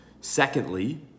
Secondly